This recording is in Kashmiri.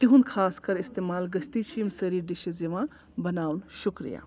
تِہُنٛد خاص کَر استعمال گٔژھِتھٕے چھِ یِم سٲری ڈِشِز یِوان بَناونہٕ شُکریہ